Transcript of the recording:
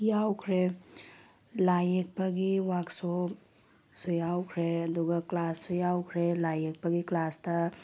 ꯌꯥꯎꯈ꯭ꯔꯦ ꯂꯥꯏ ꯌꯦꯛꯄꯒꯤ ꯋꯥꯛꯁꯣꯞꯁꯨ ꯌꯥꯎꯈ꯭ꯔꯦ ꯑꯗꯨꯒ ꯀ꯭ꯂꯥꯁꯁꯨ ꯌꯥꯎꯈ꯭ꯔꯦ ꯂꯥꯏ ꯌꯦꯛꯄꯒꯤ ꯀ꯭ꯂꯥꯁꯇ